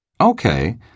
Okay